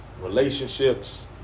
relationships